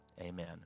amen